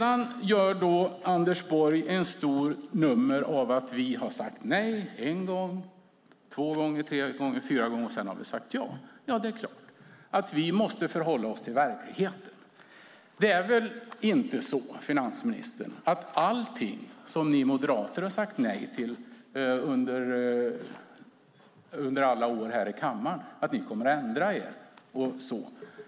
Anders Borg gör ett stort nummer av att vi har sagt nej en gång, två gånger, tre gånger och fyra gånger och sedan sagt ja. Det är klart att vi måste förhålla oss till verkligheten. Det är väl inte så, finansministern, att ni moderater inte ändrar er om allt ni har sagt nej till under alla år här i kammaren.